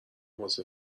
واسه